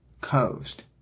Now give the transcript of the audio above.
coast